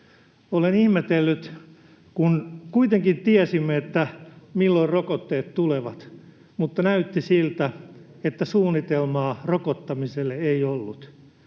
Olen ihmetellyt sitä, että vaikka kuitenkin tiesimme, milloin rokotteet tulevat, niin näytti siltä, että suunnitelmaa rokottamiselle ei ollut.